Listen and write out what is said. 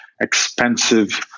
expensive